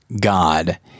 God